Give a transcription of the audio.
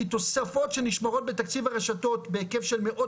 כי תוספות שנשמרות בתקציב הרשתות בהיקף של מאות